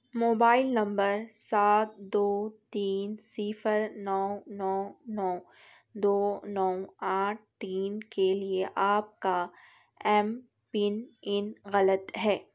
mobile number سات دو تین صفر نو نو نو دو نو آٹھ تین کے لیے آپ کا ایم پن ان غلط ہے